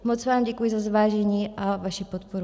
Moc vám děkuji za zvážení a vaši podporu.